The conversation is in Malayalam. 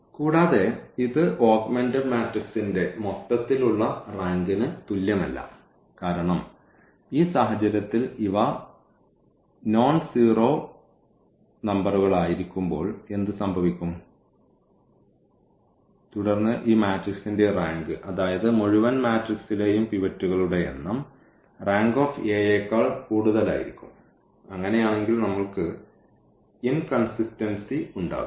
കൂടാതെ ഇത് ഓഗ്മെന്റഡ് മാട്രിക്സിന്റെ മൊത്തത്തിലുള്ള റാങ്കിന് തുല്യമല്ല കാരണം ഈ സാഹചര്യത്തിൽ ഇവ നോൺസീറോ നമ്പറുകളായിരിക്കുമ്പോൾ എന്ത് സംഭവിക്കും തുടർന്ന് ഈ മാട്രിക്സിന്റെ ഈ റാങ്ക് അതായത് മുഴുവൻ മാട്രിക്സിലെയും പിവറ്റുകളുടെ എണ്ണം റാങ്ക് യേക്കാൾ കൂടുതലായിരിക്കും അങ്ങനെയാണെങ്കിൽ നമ്മൾക്ക് ഇൻകൺസിസ്റ്റൻസി ഉണ്ടാകും